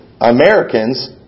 Americans